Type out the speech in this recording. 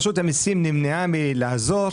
רשות המיסים נמנעה מלעזור,